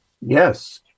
Yes